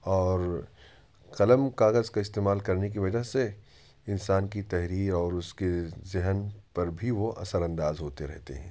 اور قلم کاغذ کا استعمال کرنے کی وجہ سے انسان کی تحریر اور اس کے ذہن پر بھی وہ اثرانداز ہوتے رہتے ہیں